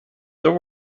there